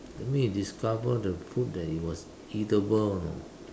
that mean you discover the food that it was eatable you know